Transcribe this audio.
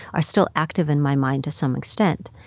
are still active in my mind to some extent,